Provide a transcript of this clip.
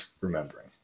remembering